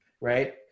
right